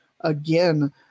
again